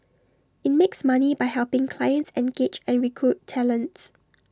IT makes money by helping clients engage and recruit talents